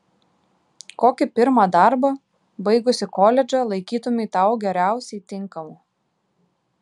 kokį pirmą darbą baigusi koledžą laikytumei tau geriausiai tinkamu